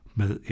med